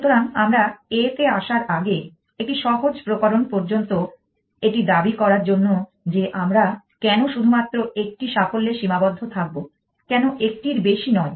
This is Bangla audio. সুতরাং আমরা A তে আসার আগে একটি সহজ প্রকরণ পর্যন্ত এটি দাবি করার জন্য যে আমরা কেন শুধুমাত্র একটি সাফল্যে সীমাবদ্ধ থাকব কেন একটির বেশি নয়